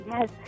Yes